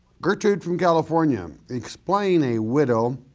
gertrude from california, explain a widow